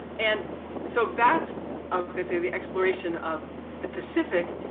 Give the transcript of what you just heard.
and so that's i was gonna say the exploration of the pacific.